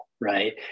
right